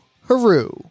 Haru